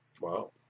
Wow